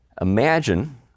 Imagine